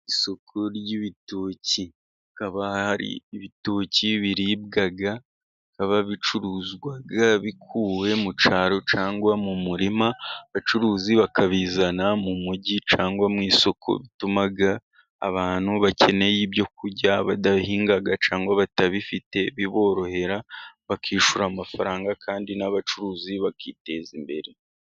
Isoko ry'ibitoki, hakaba hari ibitoki biribwa, bikaba bicuruzwa bikuwe mu cyaro cyangwa mu murima, abacuruzi bakabizana mu mujyi cyangwa mu isoko. Bituma abantu bakeneye ibyo kurya badahinga cyangwa batabifite biborohera, bakishyura amafaranga kandi n'abacuruzi bakiteza imbere.